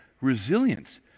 resilience